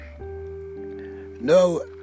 no